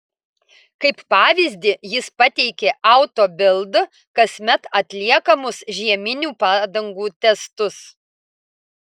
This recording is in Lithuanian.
kaip pavyzdį jis pateikė auto bild kasmet atliekamus žieminių padangų testus